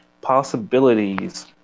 possibilities